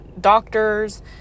doctors